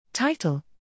TITLE